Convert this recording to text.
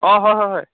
অঁ হয় হয় হয়